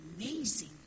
amazing